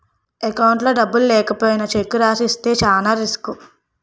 అకౌంట్లో డబ్బులు లేకపోయినా చెక్కు రాసి ఇస్తే చానా రిసుకు